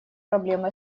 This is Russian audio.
проблемы